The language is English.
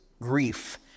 grief